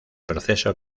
proceso